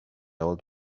old